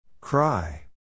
Cry